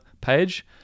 page